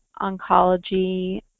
oncology